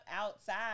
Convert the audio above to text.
outside